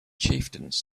chieftains